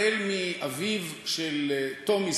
החל מאביו של יאיר לפיד טומי,